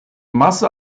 masse